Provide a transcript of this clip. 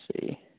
see